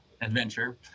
adventure